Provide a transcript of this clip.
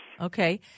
Okay